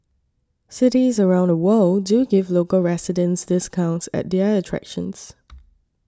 cities around the world do give local residents discounts at their attractions